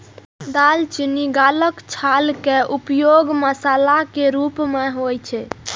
दालचीनी गाछक छाल के उपयोग मसाला के रूप मे होइ छै